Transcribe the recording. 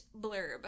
blurb